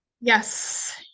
Yes